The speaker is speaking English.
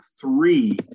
three